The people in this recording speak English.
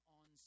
on